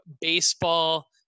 baseball